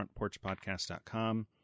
frontporchpodcast.com